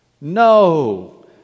no